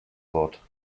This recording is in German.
wort